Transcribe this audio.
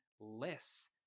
less